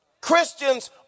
Christians